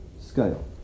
scale